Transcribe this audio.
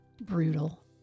brutal